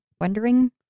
Wondering